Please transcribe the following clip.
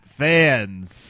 fans